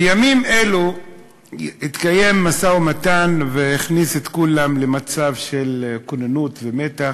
בימים אלו התקיים משא-ומתן שהכניס את כולם למצב של כוננות ומתח,